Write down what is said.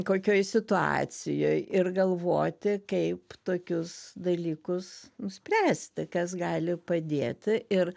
kokioj situacijoj ir galvoti kaip tokius dalykus nu spręsti kas gali padėti ir